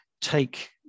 take